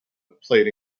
played